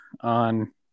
on